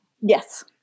Yes